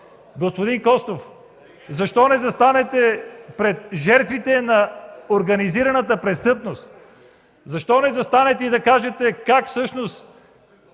Господин Костов, защо не застанете пред жертвите на организираната престъпност? Защо не застанете и не кажете как всъщност